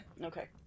Okay